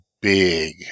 big